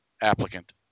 applicant